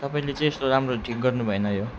तपाईँले चाहिँ यस्तो राम्रो ठिक गर्नुभएन यो